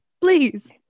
please